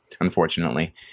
unfortunately